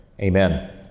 amen